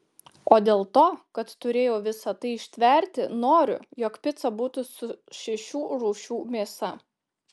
o dėl to kad turėjau visa tai ištverti noriu jog pica būtų su šešių rūšių mėsa